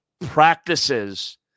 practices